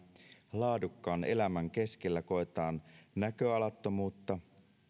laadukkaan elämän keskellä koetaan näköalattomuutta